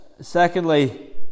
Secondly